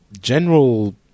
general